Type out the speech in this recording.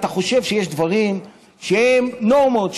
אתה חושב שיש דברים שהם נורמות,